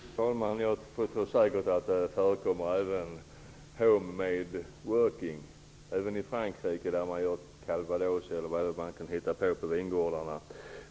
Fru talman! Jag tror säkert att det förekommer "home made" dryck även i Frankrike, där man gör calvados eller vad man kan hitta på ute på vingårdarna.